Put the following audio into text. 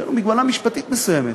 יש לנו מגבלה משפטית מסוימת,